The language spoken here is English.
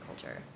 culture